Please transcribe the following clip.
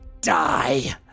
die